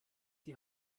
die